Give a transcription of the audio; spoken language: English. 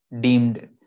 deemed